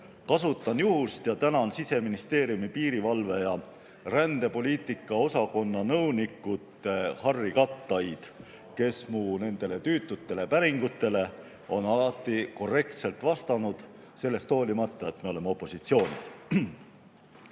siinkohal juhust ja tänan Siseministeeriumi piirivalve- ja rändepoliitika osakonna nõunikku Harry Kattaid, kes on minu tüütutele päringutele alati korrektselt vastanud, sellest hoolimata, et me oleme opositsioonis.